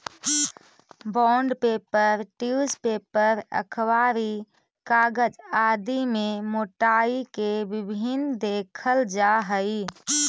bond paper, tissue paper, अखबारी कागज आदि में मोटाई के भिन्नता देखल जा हई